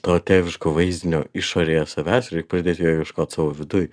to tėviško vaizdinio išorėje savęs ir reik pradėt jo ieškot savo viduj